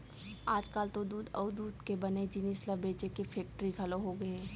आजकाल तो दूद अउ दूद के बने जिनिस ल बेचे के फेक्टरी घलौ होगे हे